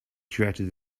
created